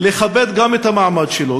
לכבד גם את המעמד שלו,